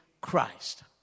Christ